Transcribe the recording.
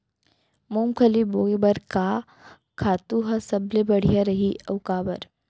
मूंगफली बोए बर का खातू ह सबले बढ़िया रही, अऊ काबर?